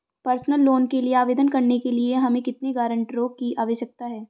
Personal loan के लिए आवेदन करने के लिए हमें कितने गारंटरों की आवश्यकता है?